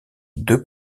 deux